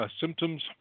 symptoms